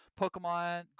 pokemon